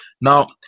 Now